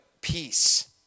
peace